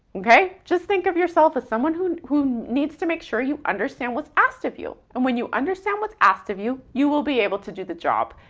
okay? just think of yourself as someone who who needs to make sure you understand what's asked of you. and when you understand what's asked of you, you will be able to do the job.